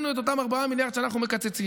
לא משנה שהוא התפטר.